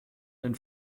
den